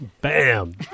Bam